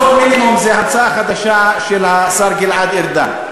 קנסות המינימום הם המצאה חדשה של השר גלעד ארדן.